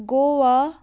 Goa